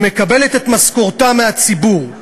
שמקבלת את משכורתה מהציבור,